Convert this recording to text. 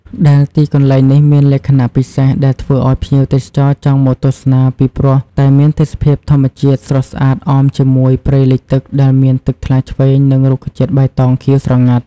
ដែលទីកន្លែងនេះមានលក្ខណៈពិសេសដែលធ្វើឲ្យភ្ញៀវទេសចរចង់មកទស្សនាពីព្រោះតែមានទេសភាពធម្មជាតិស្រស់ស្អាតអមជាមួយព្រៃលិចទឹកដែលមានទឹកថ្លាឈ្វេងនិងរុក្ខជាតិបៃតងខៀវស្រងាត់។